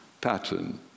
pattern